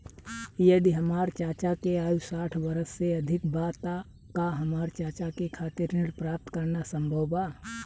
यदि हमार चाचा के आयु साठ वर्ष से अधिक बा त का हमार चाचा के खातिर ऋण प्राप्त करना संभव बा?